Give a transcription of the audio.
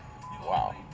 Wow